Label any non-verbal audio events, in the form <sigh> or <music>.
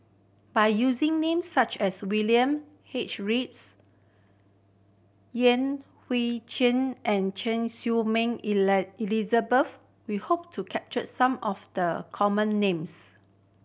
by using names such as William H Reads Yan Hui Chang and Choy Su Moi <unintelligible> Elizabeth we hope to capture some of the common names